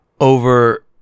over